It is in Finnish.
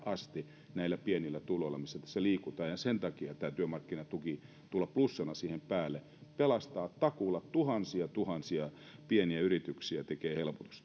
asti niillä pienillä tuloilla missä tässä liikutaan ja sen takia tämä työmarkkinatuki tulee plussana siihen päälle pelastaa takuulla tuhansia tuhansia pieniä yrityksiä tekee helpotusta